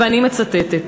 ואני מצטטת: